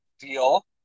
deal